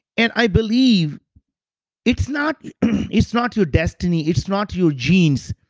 and i believe it's not it's not your destiny, it's not your genes.